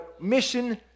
mission